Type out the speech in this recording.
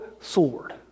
sword